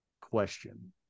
question